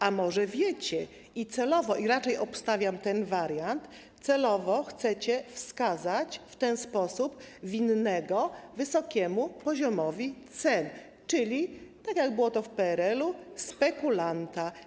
A może wiecie i celowo, raczej obstawiam ten wariant, chcecie wskazać w ten sposób na winnego wysokiemu poziomowi cen, czyli tak jak to było w PRL - spekulanta.